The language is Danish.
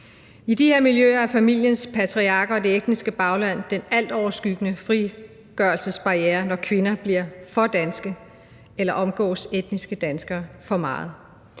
I de her miljøer er familiens patriark og det etniske bagland den altoverskyggende frigørelsesbarriere, når kvinder bliver for danske eller omgås etniske danskere for meget